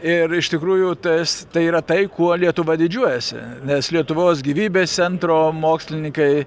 ir iš tikrųjų tas tai yra tai kuo lietuva didžiuojasi nes lietuvos gyvybės centro mokslininkai